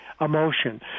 emotion